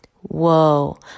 whoa